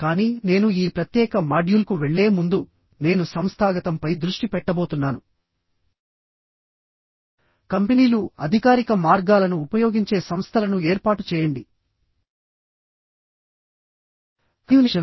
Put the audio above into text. కానీ నేను ఈ ప్రత్యేక మాడ్యూల్కు వెళ్లే ముందు నేను సంస్థాగతంపై దృష్టి పెట్టబోతున్నాను కంపెనీలుఅధికారిక మార్గాలను ఉపయోగించే సంస్థలను ఏర్పాటు చేయండి కమ్యూనికేషన్